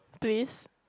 please